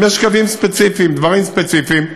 אם יש קווים ספציפיים, דברים ספציפיים,